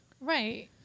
Right